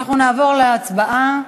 אנחנו נעבור להצבעה.